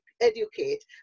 educate